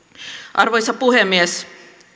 arvoisa puhemies